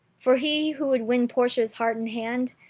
for he who would win portia's heart and hand,